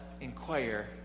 inquire